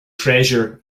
treasure